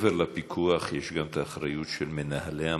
מעבר לפיקוח יש גם האחריות של מנהלי המקום,